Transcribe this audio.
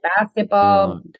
basketball